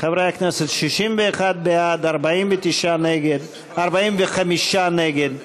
חברי הכנסת, 61 בעד, 45 נגד,